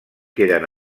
queden